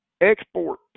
export